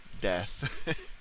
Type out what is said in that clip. death